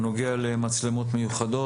(מערכות צילום מיוחדות).